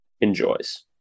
enjoys